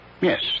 Yes